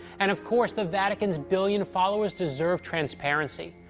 and, of course, the vatican's billion followers deserve transparency.